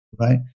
right